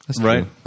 Right